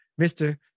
Mr